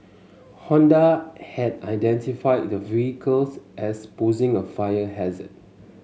Honda had identified the vehicles as posing a fire hazard